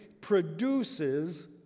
produces